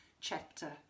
chapter